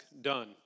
done